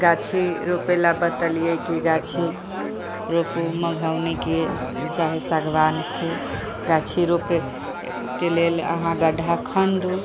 गाछी रोपेला बतेलिए की गाछी रोपे मे हमनी के चाहे सागवान के गाछी रोपे के लेल अहाँ गड्ढा खन दू